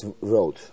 road